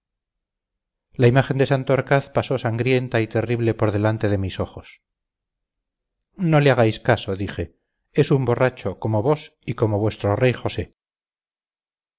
la imagen de santorcaz pasó sangrienta y terrible por delante de mis ojos no le hagáis caso dije es un borracho como vos y como vuestro rey josé